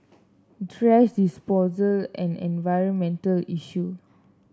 thrash disposal an environmental issue